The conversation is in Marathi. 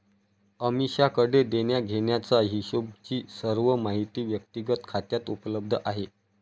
अमीषाकडे देण्याघेण्याचा हिशोबची सर्व माहिती व्यक्तिगत खात्यात उपलब्ध आहे